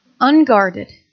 Unguarded